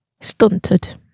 stunted